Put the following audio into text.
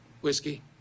Whiskey